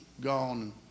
gone